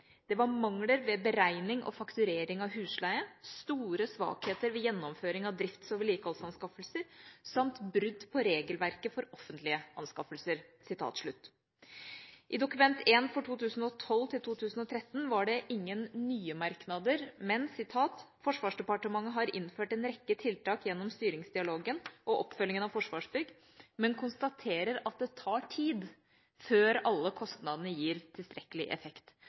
Det var mangler ved beregning og fakturering av husleie og: store svakheter ved drifts- og vedlikeholdsanskaffelser, og brudd på regelverket for offentlige anskaffelser.» I Dokument 1 for 2012–2013 var det ingen nye merknader, men jeg siterer: «Forsvarsdepartementet har innført en rekke tiltak gjennom styringsdialogen og oppfølgingen av Forsvarsbygg, men konstaterer at det tar tid før alle tiltakene gir tilstrekkelig effekt.